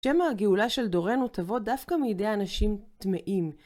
שם הגאולה של דורנו תבוא דווקא מידי אנשים טמאים.